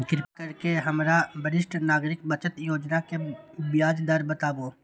कृपा करके हमरा वरिष्ठ नागरिक बचत योजना के ब्याज दर बताबू